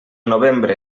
novembre